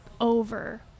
over